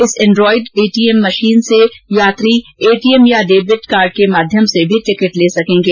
इस android ETM machine से यात्री एटीएम या डेबिट कार्ड के माध्यम से भी टिकट ले सकेंगे